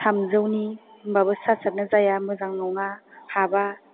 थामजौनि होनबाबो सार्जआनो जाया मोजां नङा हाबा